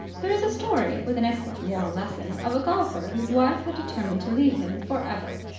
there is a story, with an excellent moral lesson, of a golfer whose wife had determined to leave him for ever.